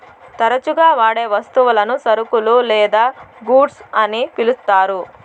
తరచుగా వాడే వస్తువులను సరుకులు లేదా గూడ్స్ అని పిలుత్తారు